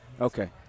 Okay